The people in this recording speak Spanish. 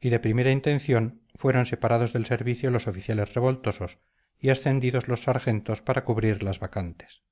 y de primera intención fueron separados del servicio los oficiales revoltosos y ascendidos los sargentos para cubrir las vacantes